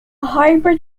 hybrid